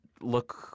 look